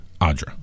Audra